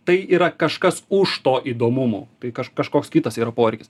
tai yra kažkas už to įdomumo tai ka kažkoks kitas yra poreikis